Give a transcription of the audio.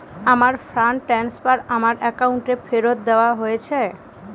আমার fund transfer আমার অ্যাকাউন্টে ফেরত দেওয়া হয়েছে